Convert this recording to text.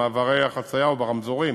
במעברי החציה וברמזורים,